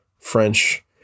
French